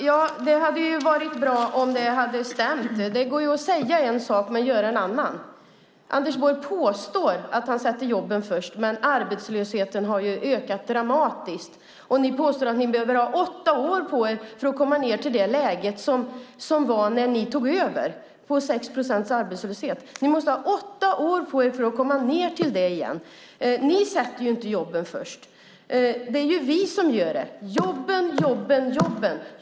Fru talman! Det hade varit bra om det hade stämt. Det går ju att säga en sak men göra en annan. Anders Borg påstår att han sätter jobben först, men arbetslösheten har ju ökat dramatiskt. Ni påstår att ni behöver ha åtta år på er för att komma ned till det läge på 6 procents arbetslöshet som gällde när ni tog över. Ni måste ha åtta år på er för att komma ned till det igen. Ni sätter inte jobben först, det är ju vi som gör det. Jobben, jobben, jobben!